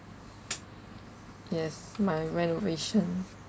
yes my renovation